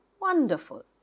Wonderful